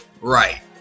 Right